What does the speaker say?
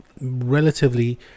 relatively